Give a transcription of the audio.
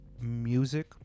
music